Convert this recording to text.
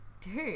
dude